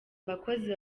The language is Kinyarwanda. abakozi